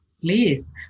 please